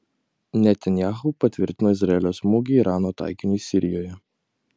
netanyahu patvirtino izraelio smūgį irano taikiniui sirijoje